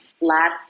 lab